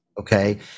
okay